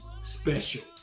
special